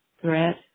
threat